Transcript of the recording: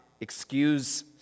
excuse